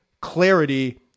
clarity